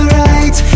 right